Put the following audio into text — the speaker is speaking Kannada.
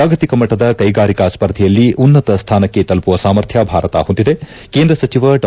ಜಾಗತಿಕ ಮಟ್ಟದ ಕೈಗಾರಿಕಾ ಸ್ಪರ್ಧೆಯಲ್ಲಿ ಉನ್ನತ ಸ್ಥಾನಕ್ಕೆ ತಲುಪುವ ಸಾಮರ್ಥ್ಯ ಭಾರತ ಹೊಂದಿದೆ ಕೇಂದ್ರ ಸಚಿವ ಡಾ